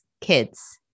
kids